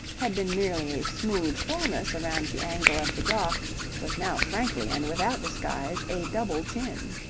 had been merely a smooth fullness around the angle of the jaw was now frankly and without disguise a double chin.